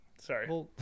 Sorry